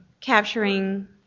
capturing